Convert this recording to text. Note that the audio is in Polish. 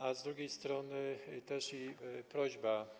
A z drugiej strony też jest prośba.